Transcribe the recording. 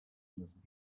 must